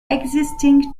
existing